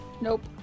Nope